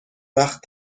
وقت